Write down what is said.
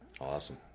Awesome